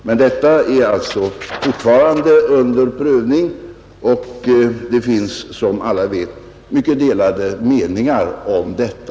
Men denna fråga är alltså fortfarande under prövning, och det finns som alla vet mycket delade meningar om detta.